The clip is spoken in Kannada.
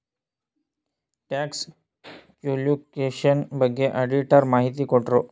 ಟ್ಯಾಕ್ಸ್ ಕ್ಯಾಲ್ಕುಲೇಷನ್ ಬಗ್ಗೆ ಆಡಿಟರ್ ಮಾಹಿತಿ ಕೊಟ್ರು